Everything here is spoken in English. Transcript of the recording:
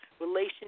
Relation